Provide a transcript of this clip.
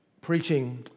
preaching